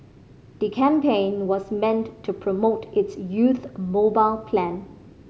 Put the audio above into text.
the campaign was meant to promote its youth mobile plan